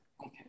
Okay